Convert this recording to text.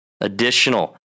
additional